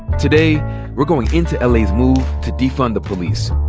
today we're going into la's move to defund the police,